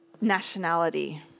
nationality